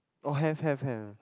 oh have have have